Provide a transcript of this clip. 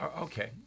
Okay